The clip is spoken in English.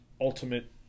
ultimate